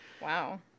wow